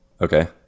Okay